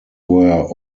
were